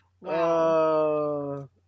Wow